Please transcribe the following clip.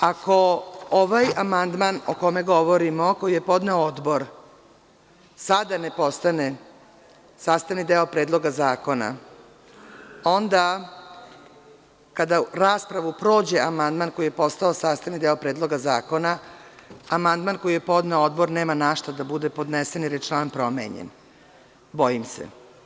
Ako ovaj amandman, o kome govorimo, koji je podneo Odbor, sada ne postane sastavni deo Predloga zakona, onda, kada raspravu prođe amandman koji je postao sastavni deo Predloga zakona, amandman koji je podneo Odbor nema na šta da bude podnesen, jer je član promenjen, bojim se.